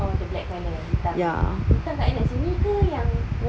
oh the black colour hitam hitam daerah sini ke yang